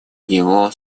его